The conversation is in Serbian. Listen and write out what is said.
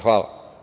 Hvala.